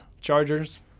Chargers